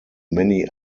many